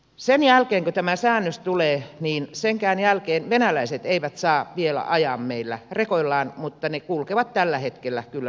sen jälkeen kun tämä säännös tulee senkään jälkeen venäläiset eivät saa vielä ajaa meillä rekoillaan mutta ne kulkevat tällä hetkellä kyllä suomen teillä